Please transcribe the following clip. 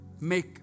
make